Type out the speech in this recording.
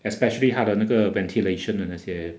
especially 它的那个 ventilation 的那些